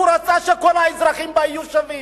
הוא רצה שכל האזרחים בה יהיו שווים,